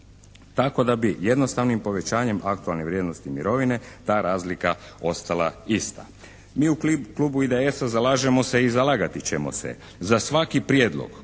Tako da bi jednostavnim povećanjem aktualne vrijednosti mirovine ta razlika ostala ista. Mi u klubu IDS-a zalažemo se i zalagati ćemo se za svaki prijedlog